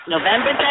November